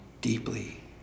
deeply